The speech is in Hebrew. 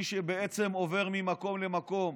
מי שעובר ממקום למקום,